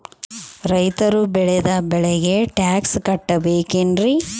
ರೈತರು ಬೆಳೆದ ಬೆಳೆಗೆ ಟ್ಯಾಕ್ಸ್ ಕಟ್ಟಬೇಕೆನ್ರಿ?